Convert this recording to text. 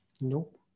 nope